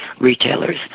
retailers